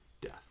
death